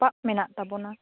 ᱥᱟᱯᱟᱵᱽ ᱢᱮᱱᱟᱜ ᱛᱟᱵᱚᱱᱟ